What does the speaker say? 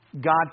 God